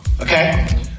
okay